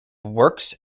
works